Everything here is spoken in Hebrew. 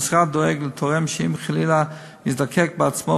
המשרד דואג לתורם שאם חלילה יזדקק בעצמו